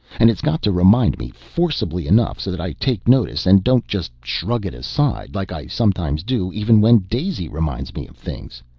and it's got to remind me forcibly enough so that i take notice and don't just shrug it aside, like i sometimes do even when daisy reminds me of things.